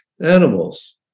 animals